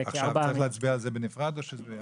עכשיו צריך להצביע על זה בנפרד או שזה ביחד?